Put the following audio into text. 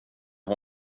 har